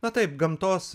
na taip gamtos